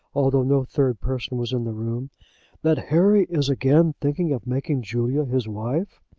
although no third person was in the room that harry is again thinking of making julia his wife?